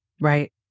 Right